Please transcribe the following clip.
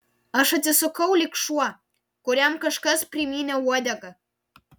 aš atsisukau lyg šuo kuriam kažkas primynė uodegą